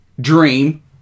dream